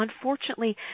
Unfortunately